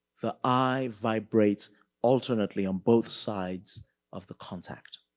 the eye vibrates alternately on both sides of the contact.